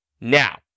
Now